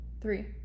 Three